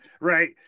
right